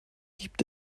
gibt